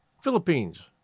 Philippines